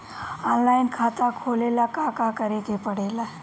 Online खाता खोले ला का का करे के पड़े ला?